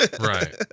Right